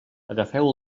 agafeu